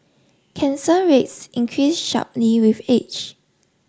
cancer rates increase sharply with age